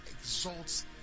exalts